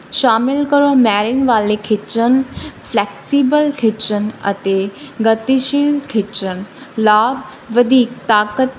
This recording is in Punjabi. ਸ਼ਾਮਿਲ ਕਰੋ ਮੈਰਿਨ ਵਾਲੇ ਖਿੱਚਣ ਫਲੈਕਸੀਬਲ ਖਿੱਚਣ ਅਤੇ ਗਤੀਸ਼ੀਲ ਖਿੱਚਣ ਲਾਭ ਵਧੀਕ ਤਾਕਤ